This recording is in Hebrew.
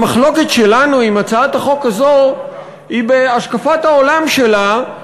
המחלוקת שלנו עם הצעת החוק הזאת היא בהשקפת העולם שלה,